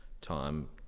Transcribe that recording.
time